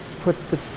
put the,